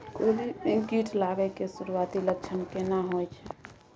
कोबी में कीट लागय के सुरूआती लक्षण केना होय छै